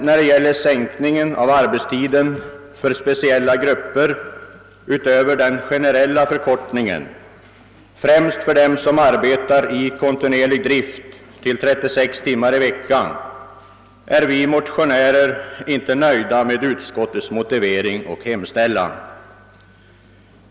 När det gäller sänkning av arbetstiden för speciella grupper, utöver den generella förkortningen, främst för dem som arbetar i kontinuerlig drift till 36 timmar i veckan är vi motionärer däremot inte nöjda med utskottets motivering och hemställan.